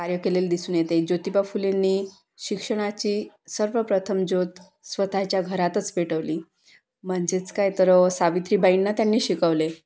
कार्य केलेले दिसून येते ज्योतिबा फुलेंनी शिक्षणाची सर्वप्रथम ज्योत स्वतःच्या घरातच पेटवली म्हणजेच काय तर सावित्रीबाईंना त्यांनी शिकवले